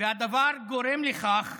והדבר גורם לכך